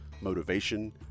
motivation